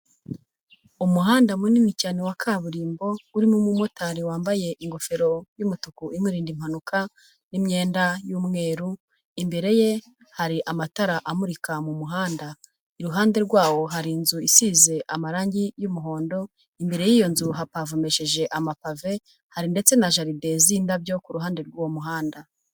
Umuhanda munini cyane wa kaburimbo, urimo umumotari wambaye ingofero y'umutuku imurinda impanuka n'imyenda y'umweru, imbere ye hari amatara amurika mu muhanda, iruhande rwawo hari inzu isize amarangi y'umuhondo, imbere y'iyo nzu hapavomesheje amapave, hari ndetse na jaride z'indabyo ku ruhande rw'uwo muhanda.